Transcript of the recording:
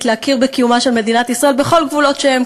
להכיר בקיומה של מדינת ישראל בכל גבולות שהם.